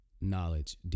knowledge